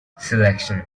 selection